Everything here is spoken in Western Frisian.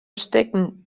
stikken